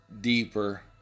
deeper